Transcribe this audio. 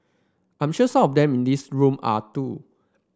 I'm sure some of them in this room are too